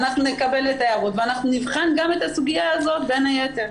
אנחנו נקבל את ההערות ואנחנו נבחן גם את הסוגיה הזאת בין היתר.